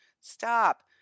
stop